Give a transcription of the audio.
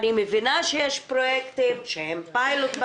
אני מבינה שיש פרויקטים שהם פיילוט,